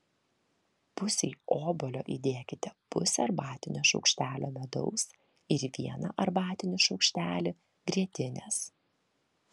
pusei obuolio įdėkite pusę arbatinio šaukštelio medaus ir vieną arbatinį šaukštelį grietinės